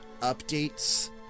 updates